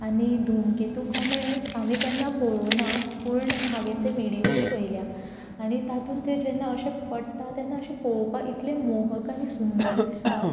आनी धुमकेतू कॉमेट हांवें केन्ना पळोवं ना पूण हांवें ते व्हिडियोज पयल्या आनी तातूंत तें जेन्ना अशे पडटा तेन्ना तें पळोवपाक इतलें मोहक आनी सुंदर दिसता